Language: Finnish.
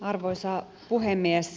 arvoisa puhemies